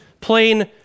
plain